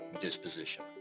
disposition